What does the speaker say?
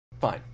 fine